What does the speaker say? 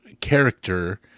character